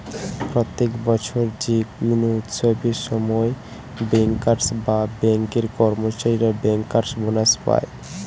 প্রত্যেক বছর যে কোনো উৎসবের সময় বেঙ্কার্স বা বেঙ্ক এর কর্মচারীরা বেঙ্কার্স বোনাস পায়